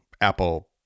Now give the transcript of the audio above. Apple